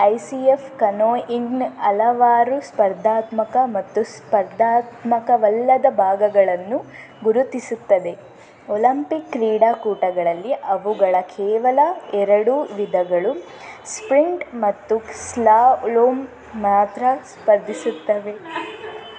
I C F canoeing ಹಲವಾರು ಸ್ಪರ್ಧಾತ್ಮಕ ಮತ್ತು ಸ್ಪರ್ಧಾತ್ಮಕವಲ್ಲದ ಭಾಗಗಳನ್ನು ಗುರುತಿಸುತ್ತದೆ ಒಲಂಪಿಕ್ ಕ್ರೀಡಾಕೂಟಗಳಲ್ಲಿ ಅವುಗಳ ಕೇವಲ ಎರಡು ವಿಧಗಳು ಸ್ಪ್ರಿಂಟ್ ಮತ್ತು ಸ್ಲಾಲೋಮ್ ಮಾತ್ರ ಸ್ಪರ್ಧಿಸುತ್ತವೆ